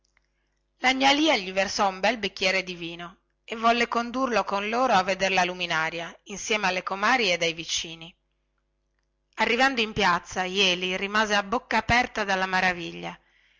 la gnà lia gli versò un bel bicchiere di vino e vollero condurlo con loro a veder la luminaria insieme alle comari ed ai vicini arrivando in piazza jeli rimase a bocca aperta dalla meraviglia